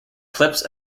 clips